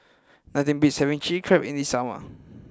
nothing beats having Chili Crab in the summer